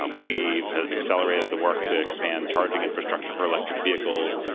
um we've ah accelerated the work to expand charging infrastructure for electric vehicles,